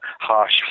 harsh